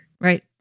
Right